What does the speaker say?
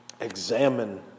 Examine